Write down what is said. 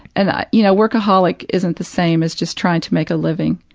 and you know, workaholic isn't the same as just trying to make a living.